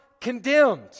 condemned